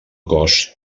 cos